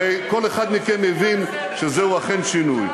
הרי כל אחד מכם מבין שזהו אכן שינוי.